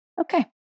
okay